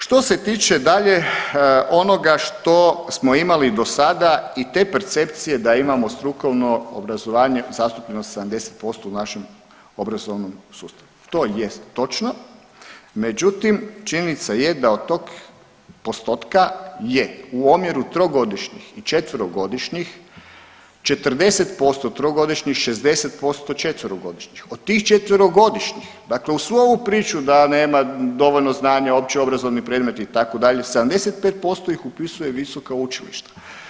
Što se tiče dalje onoga što smo imali i do sada i te percepcije da imamo strukovno obrazovanje zastupljeno 70% u našem obrazovnom sustavu, to jest točno, međutim činjenica je da od tog postotka je u omjeru 3-godišnjih i 4-godišnjih, 40% 3-godišnjih i 60% 4-godišnjih, od tih 4-godišnjih, dakle uz svu ovu priču da nema dovoljno znanja, opće obrazovni predmeti itd., 75% ih upisuje visoka učilišta.